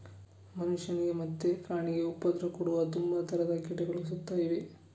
ಮನುಷ್ಯನಿಗೆ ಮತ್ತೆ ಪ್ರಾಣಿಗೆ ಉಪದ್ರ ಕೊಡುವ ತುಂಬಾ ತರದ ಕೀಟಗಳು ಸುತ್ತ ಇವೆ